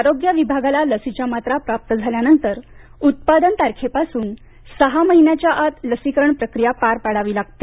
आरोग्य विभागाला लसीच्या मात्रा प्राप्त झाल्यानंतर उत्पादन तारखेपासून सहा महिन्याच्या आत लसीकरण प्रक्रिया पार पाडावी लागते